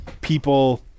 people